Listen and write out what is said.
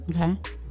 Okay